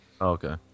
Okay